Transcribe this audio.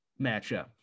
matchup